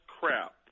crap